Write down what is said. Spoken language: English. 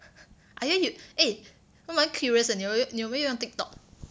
are you eh 蛮 curious 的你有没有你有没有用 TikTok